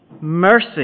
mercy